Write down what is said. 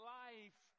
life